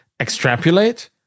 extrapolate